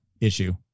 issue